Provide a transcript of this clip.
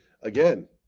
again